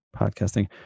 podcasting